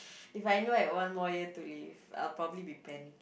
if I know I had one more year to live I will probably be panic